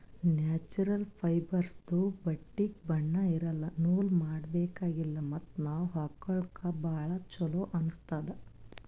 natural ಫೈಬರ್ಸ್ದು ಬಟ್ಟಿಗ್ ಬಣ್ಣಾ ಇರಲ್ಲ ನೂಲ್ ಮಾಡಬೇಕಿಲ್ಲ ಮತ್ತ್ ನಾವ್ ಹಾಕೊಳ್ಕ ಭಾಳ್ ಚೊಲೋ ಅನ್ನಸ್ತದ್